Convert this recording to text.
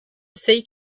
sea